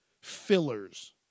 fillers